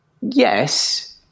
Yes